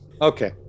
Okay